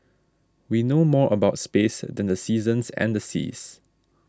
we know more about space than the seasons and the seas